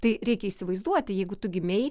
tai reikia įsivaizduoti jeigu tu gimei